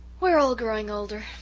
we're all growing older,